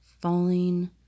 falling